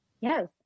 Yes